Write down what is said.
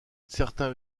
certains